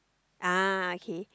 ah okay